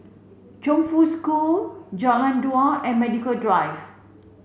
Chongfu School Jalan Dua and Medical Drive